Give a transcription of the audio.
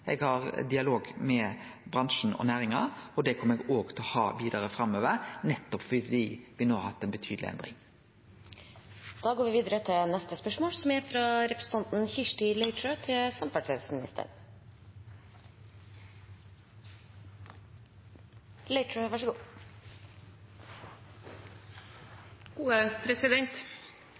Eg har dialog med bransjen og næringa, og det kjem eg òg til å ha vidare framover, nettopp fordi me no har hatt ei betydeleg